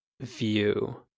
view